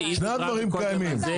שני הדברים קיימים.